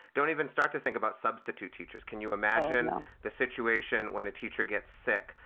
don't even start to think about substitute teachers, can you imagine the situation when a teacher gets sick?